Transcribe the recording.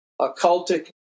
occultic